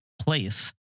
place